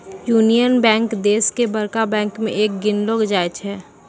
union bank देश के बड़का बैंक मे एक गिनलो जाय छै